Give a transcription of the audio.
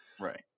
Right